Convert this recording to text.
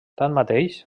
tanmateix